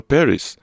Paris